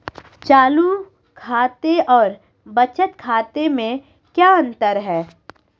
चालू खाते और बचत खाते में क्या अंतर है?